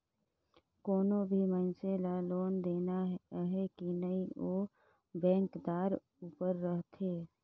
कोनो भी मइनसे ल लोन देना अहे कि नई ओ बेंकदार उपर रहथे